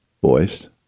voice